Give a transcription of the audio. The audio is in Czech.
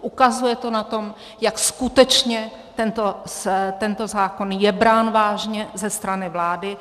Ukazuje to na tom, jak skutečně tento zákon je brán vážně ze strany vlády.